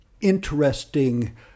interesting